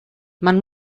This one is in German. man